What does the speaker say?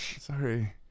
sorry